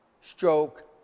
stroke